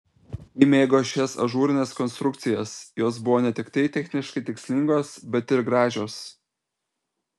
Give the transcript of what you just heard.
ji mėgo šias ažūrines konstrukcijas jos buvo ne tiktai techniškai tikslingos bet ir gražios